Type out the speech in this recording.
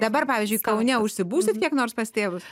dabar pavyzdžiui kaune užsibūsit kiek nors pas tėvus